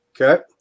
Okay